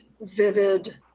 vivid